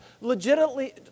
legitimately